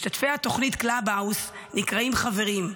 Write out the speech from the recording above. משתתפי התוכנית קלאבהאוס נקראים "חברים",